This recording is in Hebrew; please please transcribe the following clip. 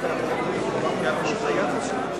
האם, הצעת החוק דומה?